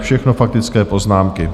Všechno faktické poznámky.